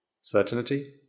certainty